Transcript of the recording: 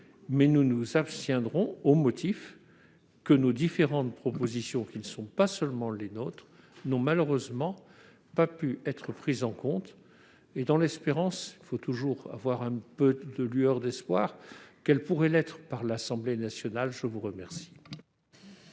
pas. Nous nous abstiendrons au motif que nos différentes propositions- elles ne sont pas seulement les nôtres -n'ont malheureusement pas pu être prises en compte. Toutefois, nous gardons l'espérance- il faut toujours avoir une lueur d'espoir -qu'elles pourraient l'être par l'Assemblée nationale. Personne ne